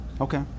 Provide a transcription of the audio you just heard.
Okay